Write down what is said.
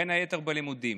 בין היתר בלימודים.